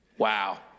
Wow